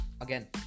again